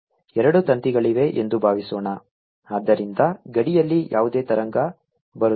ಎರಡು ತಂತಿಗಳಿವೆ ಎಂದು ಭಾವಿಸೋಣ ಆದ್ದರಿಂದ ಗಡಿಯಲ್ಲಿ ಯಾವುದೇ ತರಂಗ ಬರುತ್ತದೆ